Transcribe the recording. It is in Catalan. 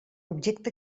objecte